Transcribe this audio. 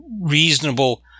reasonable